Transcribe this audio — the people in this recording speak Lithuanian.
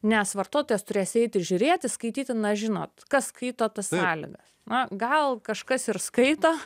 nes vartotojas turės eiti žiūrėti skaityti na žinot kas skaito tas sąlygas na gal kažkas ir skaito